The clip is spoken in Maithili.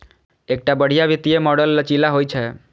एकटा बढ़िया वित्तीय मॉडल लचीला होइ छै